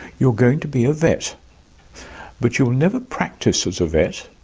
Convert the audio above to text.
you're going to be a vet but you'll never practice as a vet,